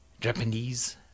Japanese